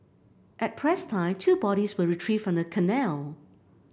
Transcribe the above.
at press time two bodies were retrieved from the canal